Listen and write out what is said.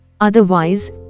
otherwise